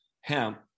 hemp